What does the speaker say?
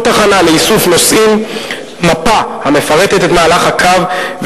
תחנה לאיסוף נוסעים מפה המפרטת את מהלך הקו,